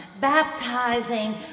baptizing